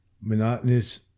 monotonous